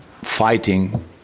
fighting